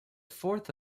fourth